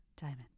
Diamond